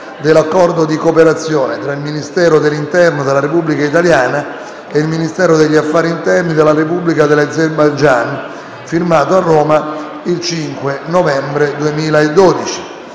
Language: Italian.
dell'Accordo di cooperazione tra il Ministero dell'interno della Repubblica italiana e il Ministero degli affari interni della Repubblica di Azerbaijan, firmato a Roma il 5 novembre 2012